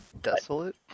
Desolate